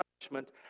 punishment